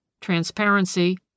Transparency